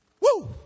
Woo